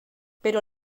però